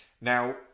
Now